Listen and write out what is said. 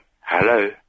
hello